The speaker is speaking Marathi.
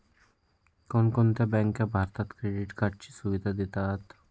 कोणकोणत्या बँका भारतात क्रेडिट कार्डची सुविधा देतात?